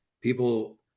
people